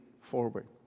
forward